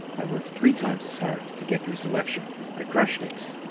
i worked three times as hard to get through selection. i crushed it.